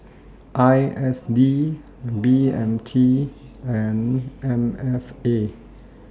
I S D B M T and M F A